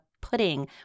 pudding